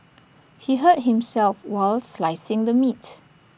he hurt himself while slicing the meat